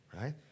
right